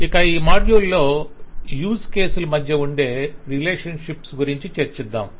ఇక ఈ మాడ్యూల్లో యూజ్ కేస్ ల మధ్య ఉండే రిలేషన్షిప్స్ గురించి చర్చిద్దాం